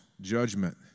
judgment